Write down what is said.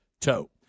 toe